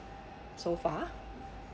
so far